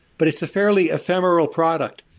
but it's a fairly a femoral product.